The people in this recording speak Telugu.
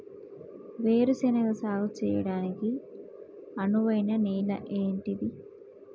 వేరు శనగ సాగు చేయడానికి అనువైన నేల ఏంటిది?